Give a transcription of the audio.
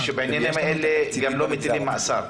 -- שבעניינים האלה גם לא מטילים עונש מאסר.